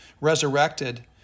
resurrected